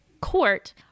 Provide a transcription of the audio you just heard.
court